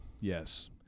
Yes